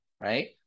right